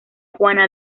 juana